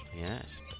Yes